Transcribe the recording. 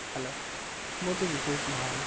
hello ମୁଁ ହେଉଛି ବିଶ୍ୱଜିତ ମହାରଣା